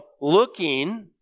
looking